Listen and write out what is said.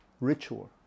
ritual